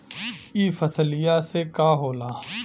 ई फसलिया से का होला?